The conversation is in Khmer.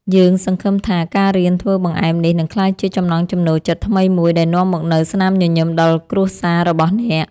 យើងសង្ឃឹមថាការរៀនធ្វើបង្អែមនេះនឹងក្លាយជាចំណង់ចំណូលចិត្តថ្មីមួយដែលនាំមកនូវស្នាមញញឹមដល់គ្រួសាររបស់អ្នក។